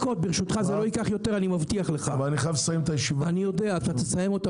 אני רוצה לברך מאוד אותך